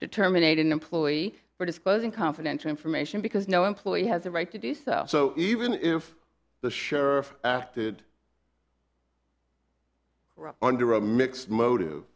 to terminate an employee for disclosing confidential information because no employee has a right to do so so even if the sheriff acted under a mix motive